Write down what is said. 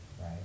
right